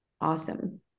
Awesome